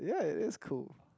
yeah it is cool